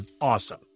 awesome